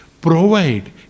provide